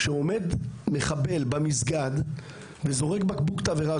כשעומד מחבל במסגד וזורק בקבוק תבערה,